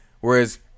Whereas